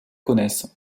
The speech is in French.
connaissent